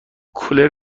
کولر